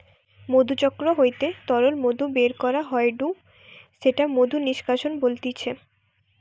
মধুচক্র হইতে তরল মধু বের করা হয়ঢু সেটা মধু নিষ্কাশন বলতিছে